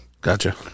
Gotcha